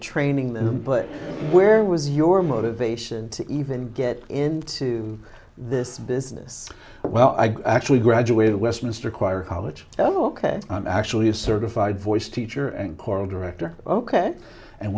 training them but where was your motivation to even get into this business well i actually graduate at westminster choir college oh ok i'm actually a certified voice teacher and choral director ok and